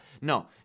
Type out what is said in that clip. No